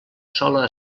sola